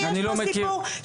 יש פה --- לימור,